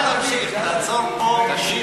אל תמשיך, תעצור פה, תשיר